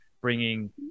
bringing